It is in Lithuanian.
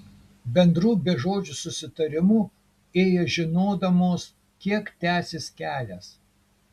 bendru bežodžiu susitarimu ėjo žinodamos kiek tęsis kelias